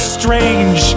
strange